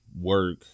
work